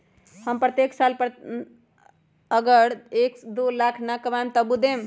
हम अपन साल के प्रत्येक साल मे अगर एक, दो लाख न कमाये तवु देम?